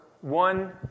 one